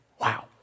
Wow